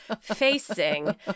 facing